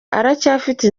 aracyafite